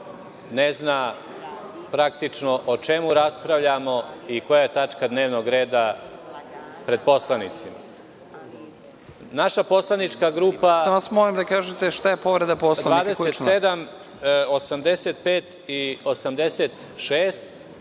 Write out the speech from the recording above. ne zna praktično o čemu raspravljamo i koja je tačka dnevnog reda pred poslanicima. Naša poslanička grupa …